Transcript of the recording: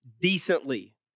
decently